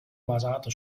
basato